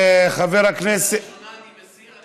את הראשונה אני מסיר.